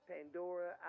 Pandora